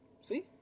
See